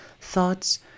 thoughts